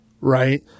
right